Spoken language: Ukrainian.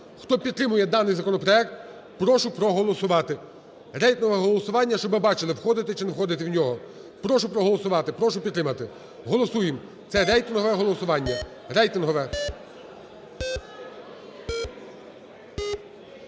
Хто підтримує даний законопроект, прошу проголосувати. Рейтингове голосування. Щоб ми бачили, входити чи не входити в нього. Прошу проголосувати, прошу підтримати. Голосуємо. Це рейтингове голосування. 16:23:07